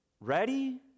Ready